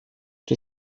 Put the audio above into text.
czy